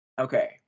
Okay